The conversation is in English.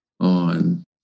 on